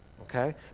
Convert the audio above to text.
okay